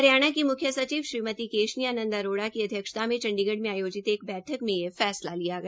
हरियाणा की मुख्य सचिव श्रीमती केशनी आनंद अरोड़ा की अध्यक्षता में चंडीगढ़ में आयोजित एक बैठक में यह फैस्ला लिया गया